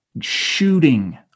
shooting